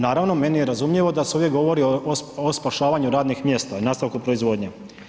Naravno, meni je razumljivo da se ovdje govori o, o spašavanju radnih mjesta i nastavku proizvodnje.